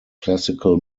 classical